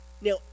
Now